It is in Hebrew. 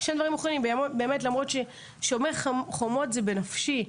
"שומר החומות" זה בנפשי.